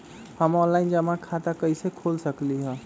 हम ऑनलाइन जमा खाता कईसे खोल सकली ह?